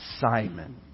Simon